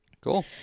cool